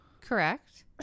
Correct